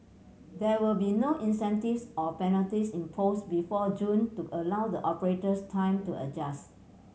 there will be no incentives or penalties imposed before June to allow the operators time to adjust